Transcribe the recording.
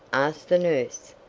asked the nurse.